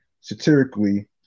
satirically